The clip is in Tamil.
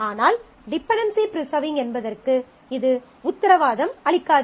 ஆனால் டிபென்டென்சி ப்ரிசர்விங் என்பதற்கு இது உத்தரவாதம் அளிக்காது